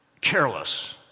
careless